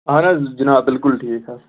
اہَن حظ جِناب بِلکُل ٹھیٖک حظ